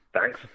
Thanks